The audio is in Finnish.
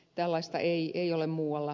tällaista ei ole muualla